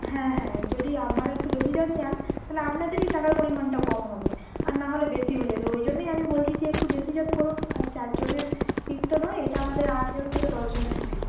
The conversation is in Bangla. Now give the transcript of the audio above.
হ্যাঁ হ্যাঁ যদি আপনারা একটু বেশিজন যান তাহলে আপনাদেরই টাকার পরিমাণটা কম হবে আর নাহলে বেশি হয়ে যাবে ওই জন্যই আমি বলছি যে একটু বেশিজন করুন আর চারজনের সিট তো নয় এটা আমাদের আটজন থেকে দশজনের সিট